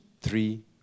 Three